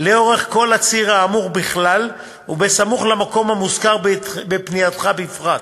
לאורך הציר האמור בכלל וסמוך למקום המוזכר בפנייתך בפרט.